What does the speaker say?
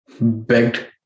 begged